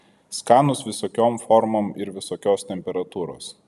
skanūs visokiom formom ir visokios temperatūros